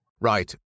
Right